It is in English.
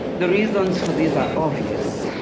the reasons for these are obvious.